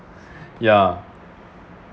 ya